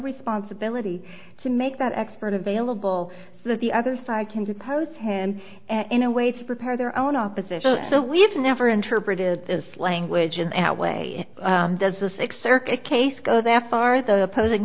responsibility to make that expert available that the other side can depose him in a way to prepare their own opposition so we've never interpreted this language and that way does the six circuit case go that far the opposing